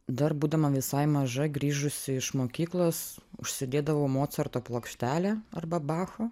dar būdama visai maža grįžusi iš mokyklos užsidėdavau mocarto plokštelę arba bacho